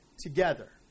together